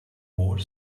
more